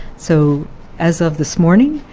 so as of this morning,